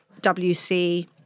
WC